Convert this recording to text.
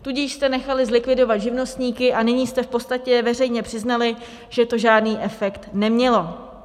Tudíž jste nechali zlikvidovat živnostníky a nyní jste v podstatě veřejně přiznali, že to žádný efekt nemělo.